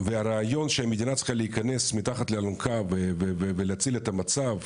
והרעיון שהמדינה צריכה להיכנס מתחת לאלונקה ולהציל את המצב,